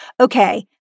Okay